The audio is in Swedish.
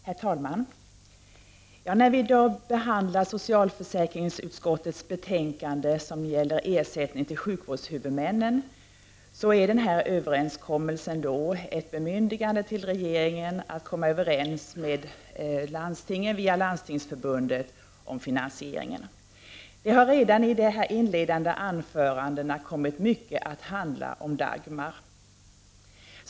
Herr talman! I den överenskommelse som behandlas i socialförsäkringsutskottets betänkande om ersättning till sjukvårdshuvudmännen ingår att regeringen bemyndigas att via Landstingsförbundet komma överens med landstingen om finansieringen. De inledande anförandena har i mycket kommit att handla om Dagmarsystemet.